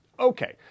Okay